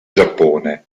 giappone